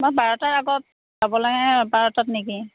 মই বাৰটাৰ আগত পাব লাগে বাৰটাত নেকি